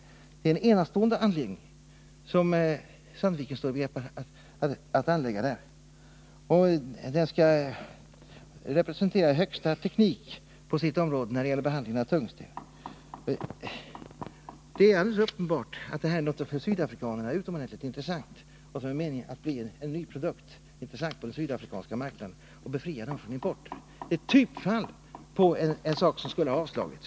Det är en enastående anläggning som Sandvik står i begrepp att bygga. Den skall representera högsta teknik på sitt område när det gäller behandlingen av tungsten. Det är alldeles uppenbart att detta är någonting utomordentligt intressant för sydafrikanerna och att det är meningen att det skall bli en ny produkt som är intressant för den sydafrikanska marknaden och som befriar Sydafrika från importberoende. Det är alltså frågan om ett typfall på en ansökan som skulle ha avslagits.